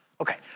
Okay